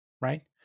right